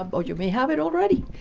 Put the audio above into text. ah but you may have it already.